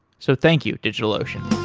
so, thank you, digitalocean.